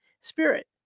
Spirit